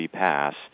pass